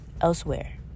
elsewhere